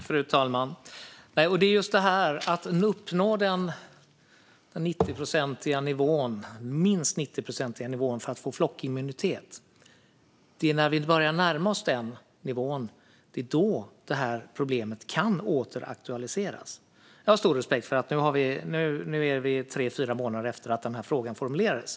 Fru talman! Det är när vi börjar närma oss den 90-procentiga nivån för att få flockimmunitet som problemet kan återaktualiseras. Jag har stor respekt för att vi nu befinner oss tre fyra månader efter att frågan formulerades.